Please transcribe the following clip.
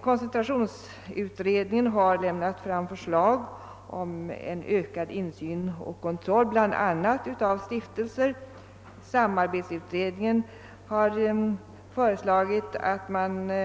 Koncentrationsutredningen har framlagt förslag om ökad tillsyn och kontroll bl.a. av stiftelser, och samarbetsutredningen har föreslagit att bestämmelserna